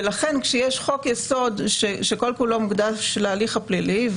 ולכן כשיש חוק-יסוד שכל כולו מוקדש להליך הפלילי,